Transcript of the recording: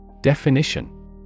Definition